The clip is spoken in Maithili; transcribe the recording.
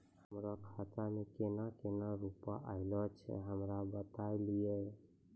हमरो खाता मे केना केना रुपैया ऐलो छै? हमरा बताय लियै?